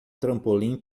trampolim